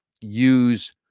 use